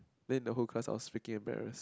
then in the whole class I was freaking embarrassed